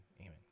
Amen